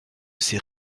ces